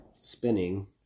spinning